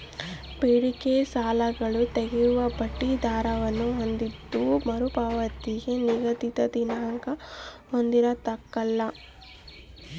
ಬೇಡಿಕೆ ಸಾಲಗಳು ತೇಲುವ ಬಡ್ಡಿ ದರವನ್ನು ಹೊಂದಿದ್ದು ಮರುಪಾವತಿಗೆ ನಿಗದಿತ ದಿನಾಂಕ ಹೊಂದಿರಕಲ್ಲ